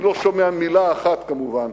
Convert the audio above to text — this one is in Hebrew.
אני לא שומע מלה אחת, כמובן,